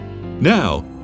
Now